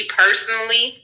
personally